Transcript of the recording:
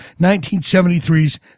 1973's